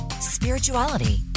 spirituality